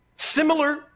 Similar